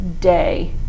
day